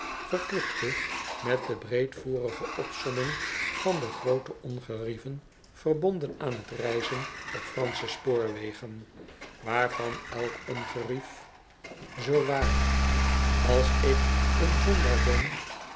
verkwikte met de breedvoerige opsomming van de groote ongerieven verbonden aan t reizen op fransche spoorwegen waarvan elk ongerief zoo waar als ik een zondaar ben